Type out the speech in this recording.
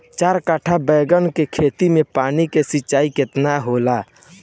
चार कट्ठा बैंगन के खेत में पानी के सिंचाई केतना होला?